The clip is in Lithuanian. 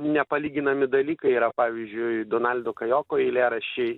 nepalyginami dalykai yra pavyzdžiui donaldo kajoko eilėraščiai